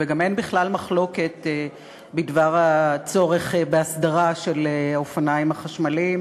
וגם אין בכלל מחלוקת בדבר הצורך בהסדרה של האופניים החשמליים,